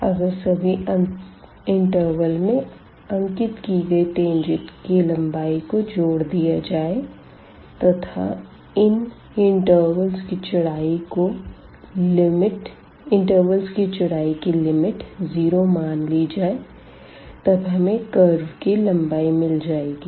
अगर सभी इंटरवल में अंकित की गई टेंजेंट की लम्बाई को जोड़ दिया जाए तथा इन इंटरवल की चौड़ाई की लिमिट 0 मान ली जाए तब हमें कर्व की लम्बाई मिल जाएगी